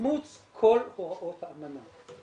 לאימוץ כל הוראות האמנה.